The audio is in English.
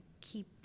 keep